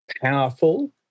powerful